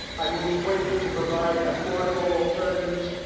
i moved quickly to provide affordable alternatives.